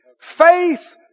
Faith